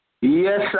Yes